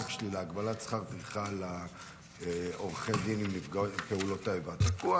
החוק שלי להגבלת שכר טרחה לעורכי דין לנפגעי פעולות איבה תקוע,